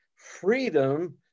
Freedom